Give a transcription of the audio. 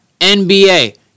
NBA